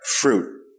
fruit